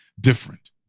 different